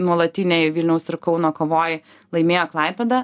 nuolatiniai vilniaus ir kauno kovoj laimėjo klaipėda